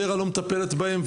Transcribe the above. ור"ה לא מטפלת בהם,